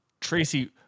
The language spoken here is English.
Tracy